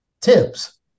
Tips